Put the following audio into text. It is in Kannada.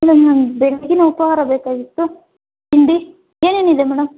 ಮೇಡಮ್ ನಮ್ಗೆ ಬೆಳಗ್ಗಿನ ಉಪಾಹಾರ ಬೇಕಾಗಿತ್ತು ತಿಂಡಿ ಏನೇನಿದೆ ಮೇಡಮ್